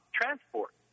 transport